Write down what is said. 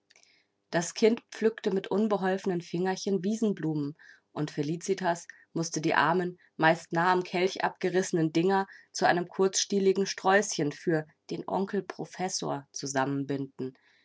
das kind pflückte mit unbeholfenen fingerchen wiesenblumen und felicitas mußte die armen meist nahe am kelch abgerissenen dinger zu einem kurzstieligen sträußchen für den onkel professor zusammenbinden